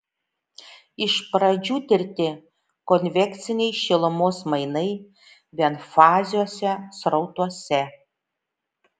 iš pradžių tirti konvekciniai šilumos mainai vienfaziuose srautuose